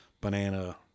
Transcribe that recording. banana